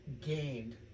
gained